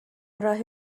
راه